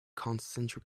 concentric